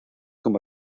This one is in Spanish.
como